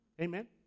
Amen